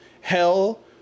hell